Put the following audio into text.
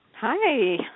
Hi